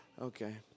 okay